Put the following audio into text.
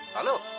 hello!